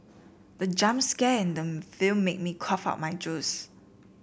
the jump scare in the film made me cough out my juice